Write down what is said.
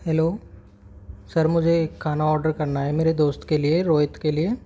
hello sir मुझे खाना order करना है मेरे दोस्त के लिए रोहित के लिए